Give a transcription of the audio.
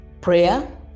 prayer